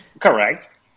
Correct